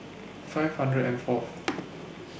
five hundred and Fourth